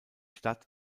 stadt